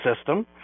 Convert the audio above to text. system